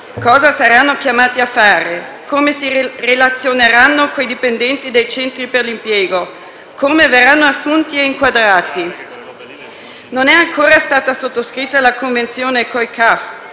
Cosa saranno chiamati a fare, come si relazioneranno con i dipendenti dei centri per l'impiego, come verranno assunti e inquadrati? Non è ancora stata sottoscritta la convenzione con i CAF.